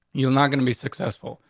you're not gonna be successful.